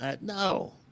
no